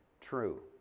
true